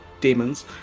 demons